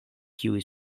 kiuj